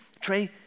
Trey